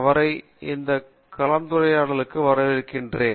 அவரை இந்த கலந்துரையாடளுக்கு வரவேற்கிரேன்